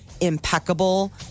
impeccable